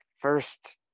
First